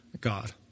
God